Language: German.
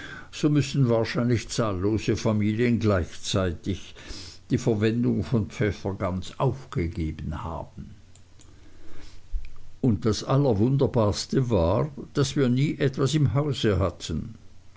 so müssen wahrscheinlich zahllose familien gleichzeitig die verwendung von pfeffer ganz aufgegeben haben und das allerwunderbarste war daß wir nie etwas im hause hatten